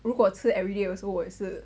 如果吃 everyday also 我也是